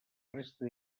resta